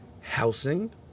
housing